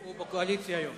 הוא בקואליציה היום.